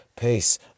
Peace